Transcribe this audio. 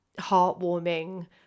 heartwarming